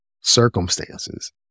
circumstances